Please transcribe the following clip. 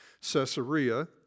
Caesarea